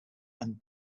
and